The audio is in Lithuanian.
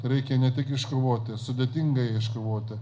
reikia ne tik iškovoti sudėtinga ją iškovoti